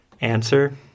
Answer